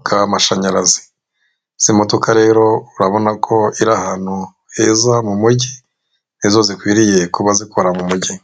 bw'amashanyarazi. Izi modoka rero urabona ko ziri ahantu heza mu mujyi, arizo zikwiriye kuba zikora mu mujyi.